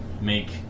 make